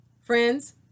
Friends